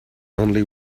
only